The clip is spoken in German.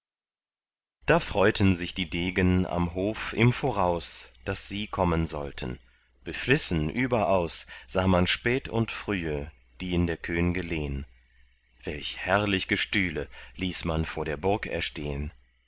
da freuten sich die degen am hof im voraus daß sie kommen sollten beflissen überaus sah man spät und frühe die in der könge lehn welch herrlich gestühle ließ man vor der burg erstehn